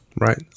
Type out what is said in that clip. Right